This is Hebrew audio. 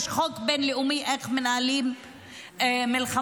יש חוק בין-לאומי איך מנהלים מלחמות.